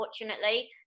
unfortunately